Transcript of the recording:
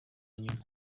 nyuma